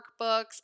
workbooks